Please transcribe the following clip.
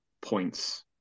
points